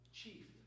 chief